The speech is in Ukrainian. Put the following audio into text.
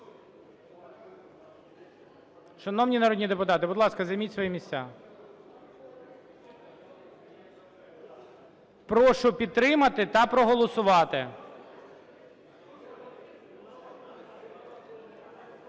Шановні народні депутати, будь ласка, займіть свої місця. Прошу підтримати та проголосувати.